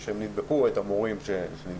או המורים שנדבקו.